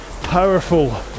powerful